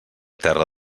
terra